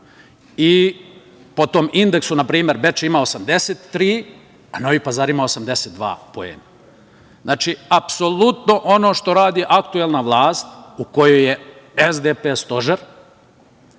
Po tom indeksu, na primer, Bečej ima 83, a Novi Pazar ima 82 poena. Znači, apsolutno ono što radi aktuelna vlast, u kojoj je SPDS stožer,